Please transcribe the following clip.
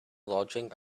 lodging